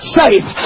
safe